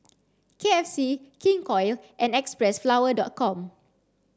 K F C King Koil and Xpressflower dot com